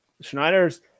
Schneider's